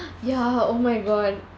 ya oh my god